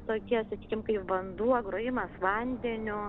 tokie sakykim kaip vanduo grojimas vandeniu